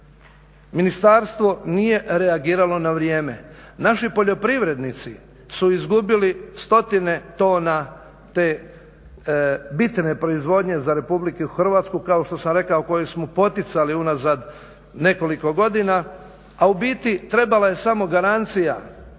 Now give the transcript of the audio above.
ministarstvo nije reagiralo na vrijeme. Naši poljoprivrednici su izgubili stotine tona te bitne proizvodnje za Republiku Hrvatsku kao što sam rekao koje smo poticali unazad nekoliko godina a u biti trebala je samo garancija